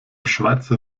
schweizer